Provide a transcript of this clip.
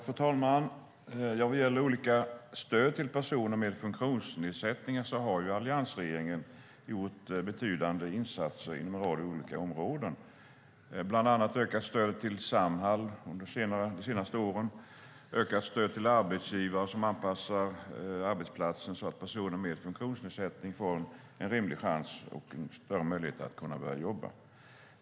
Fru talman! Vad gäller olika stöd till personer med funktionsnedsättningar har alliansregeringen gjort betydande insatser inom en rad olika områden. Man har bland annat ökat stödet till Samhall under de senaste åren, ökat stödet till arbetsgivare som anpassar arbetsplatsen så att personer med funktionsnedsättning får en rimlig chans och större möjligheter att börja jobba.